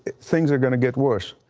things are going to get worse.